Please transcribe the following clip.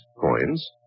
coins